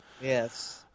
Yes